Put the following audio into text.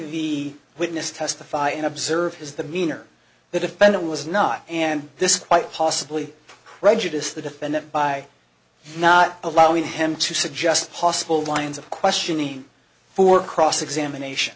the witness testify and observe his the meaner the defendant was not and this quite possibly prejudiced the defendant by not allowing him to suggest possible lines of questioning for cross examination